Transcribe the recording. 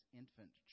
infant